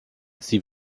sie